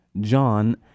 John